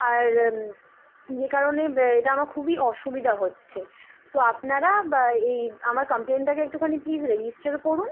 আর যে কারণে এটা আমার খুবই অসুবিধা হচ্ছে তো আপনারা এই আমার কমপ্লেনটাকে একটুখানি প্লিস রেজিস্টার করুন